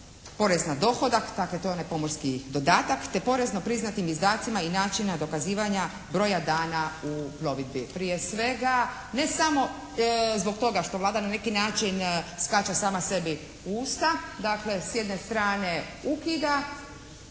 porez na dohodak, dakle to je onaj porezni dodatak te porezno priznati izdacima i načina dokazivanja broja dana … /Govornica se ne razumije./ … Prije svega ne samo zbog toga što Vlada na neki način skače sama sebi u usta, dakle s jedne strane ukida